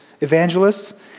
evangelists